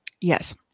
Yes